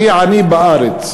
הכי עני בארץ.